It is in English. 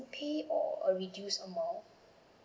okay or a reduced amount